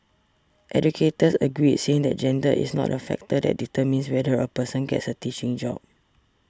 educators agreed saying that gender is not a factor that determines whether a person gets a teaching job